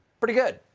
pretty good.